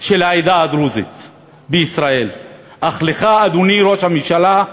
של העדה הדרוזית בישראל, אך לך, אדוני ראש הממשלה,